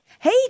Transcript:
Hey